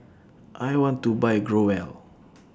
I want to Buy Growell